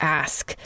ask